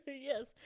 Yes